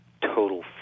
total